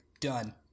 done